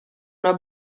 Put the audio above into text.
una